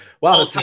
Wow